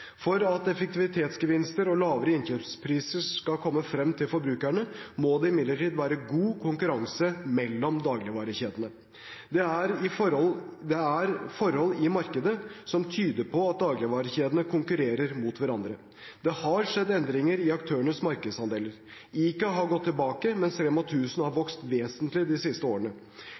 og lavere innkjøpspriser skal komme frem til forbrukerne, må det imidlertid være god konkurranse mellom dagligvarekjedene. Det er forhold i markedet som tyder på at dagligvarekjedene konkurrerer mot hverandre. Det har skjedd endringer i aktørenes markedsandeler. ICA har gått tilbake, mens Rema 1000 har